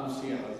הדו-שיח הזה.